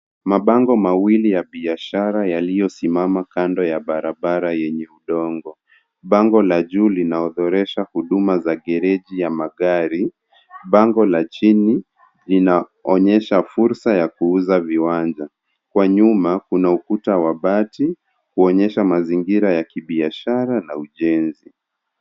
Mabango mawili ya biashara yaliyosimama kando ya ya barabara yenye udongo. Bango la juu linaodhoresha huduma za gereji ya magari, bango la chini linaonyesha fursa ya kuuza viwanja kwa nyuma kuna ukuta wa bati kuonyesha mazingira ya kibiashara na ujenzi.